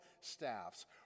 staffs